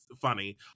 funny